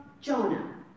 Jonah